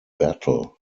battle